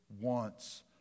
wants